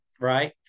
right